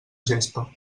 gespa